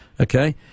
Okay